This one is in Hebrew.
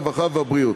הרווחה והבריאות.